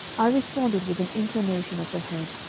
i responded with an inclination of the head,